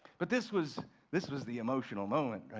but this was this was the emotional moment.